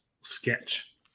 sketch